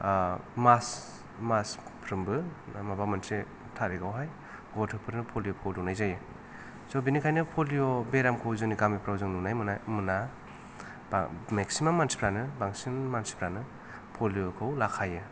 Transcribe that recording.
मास मासखनफ्रोमबो बा माबा मोनसे थारिख आवहाय गथ'फोरनो पलिय'खौ दौनाय जायो स' बेनिखायनो पलिय' बेरामखौ जोंनि गामिफोराव जों नुनाय मोनाय मोना बा मेक्सिमाम मानसिफ्रानो बांसिन मानसिफ्रानो पलिय'खौ लाखायो